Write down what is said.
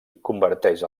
converteix